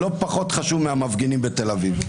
לא פחות חשובות מאשר למפגינים בתל אביב.